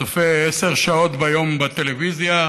שצופה עשר שעות ביום בטלוויזיה,